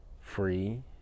free